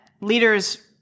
leaders